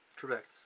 Correct